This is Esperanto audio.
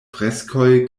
freskoj